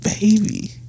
baby